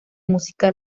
música